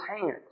hands